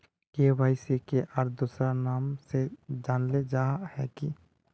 KYC के आर दोसरा नाम से जानले जाहा है की?